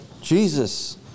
Jesus